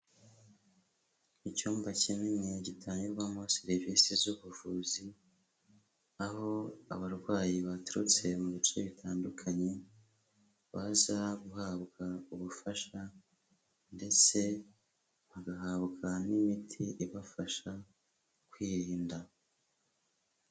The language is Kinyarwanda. Icyumba kinini gitangirwamo serivisi z'ubuvuzi, aho abarwayi baturutse mu bice bitandukanye, baza guhabwa ubufasha ndetse bagahabwa n'imiti ibafasha kwirinda.